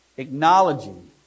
Acknowledging